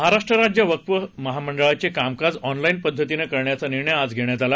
महाराष्ट्र राज्य वक्फ महामंडळाचे कामकाज ऑनलाईन पद्धतीने करण्याचा निर्णय आज घेण्यात आला